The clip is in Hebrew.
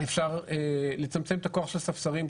אפשר לצמצם את הכוח של הספסרים,